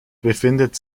befindet